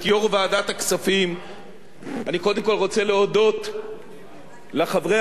קודם כול רוצה להודות לחברי הכנסת,